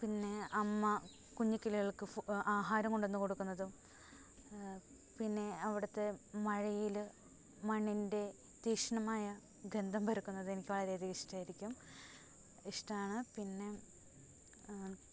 പിന്നെ അമ്മ കുഞ്ഞിക്കിളികൾക്ക് ആഹാരം കൊണ്ടുവന്നുകൊടുക്കുന്നതും പിന്നെ അവിടുത്തെ മഴയിൽ മണ്ണിൻ്റെ തീഷ്ണമായ ഗന്ധം പരക്കുന്നത് എനിക്ക് വളരെ ഇഷ്ടമായിരിക്കും ഇഷ്ടമാണ് പിന്നെ